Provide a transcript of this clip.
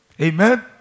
Amen